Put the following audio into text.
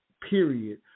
period